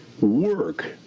work